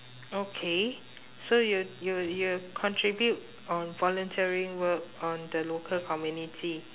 okay so you you you contribute on volunteering work on the local community